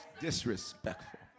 Disrespectful